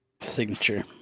Signature